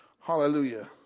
Hallelujah